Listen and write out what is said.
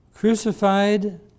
crucified